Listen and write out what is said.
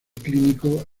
clínico